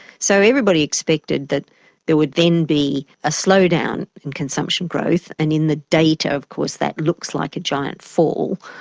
so everybody expected that there would then be a slowdown in consumption growth. and in the data of course that looks like a giant fall.